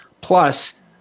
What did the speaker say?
Plus